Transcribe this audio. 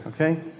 okay